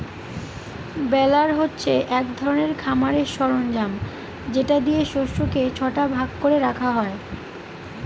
বেলার হচ্ছে এক ধরনের খামারের সরঞ্জাম যেটা দিয়ে শস্যকে ছটা ভাগ করে রাখা হয়